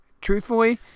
truthfully